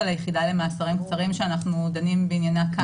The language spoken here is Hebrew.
ליחידה למאסרים קצרים שאנחנו דנים בעניינה כאן.